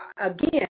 Again